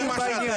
זה מה שאתם.